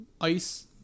ice